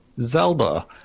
zelda